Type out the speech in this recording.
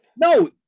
No